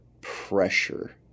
pressure